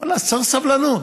ואללה, אז צריך סבלנות,